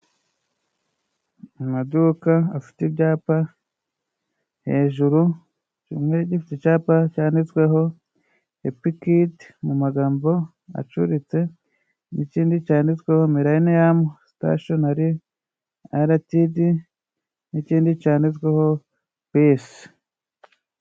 Amaduka afite ibyapa hejuru rimwe gifite icyapa cyanditsweho hapi kidi mu magambo acuritse n' ikindi cyanditsweho mireniyamu sitagishinari Ltd， n'ikindi cyanditsweho pisi.